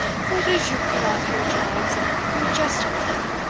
who it is you put off your gibes and your jests upon?